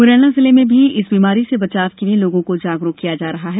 मुरैना जिले में भी इस बीमारी से बचाव के लिये लोगों को जागरूक किया जा रहा है